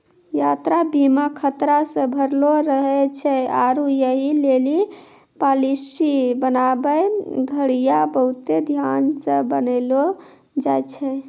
यात्रा बीमा खतरा से भरलो रहै छै आरु यहि लेली पालिसी बनाबै घड़ियां बहुते ध्यानो से बनैलो जाय छै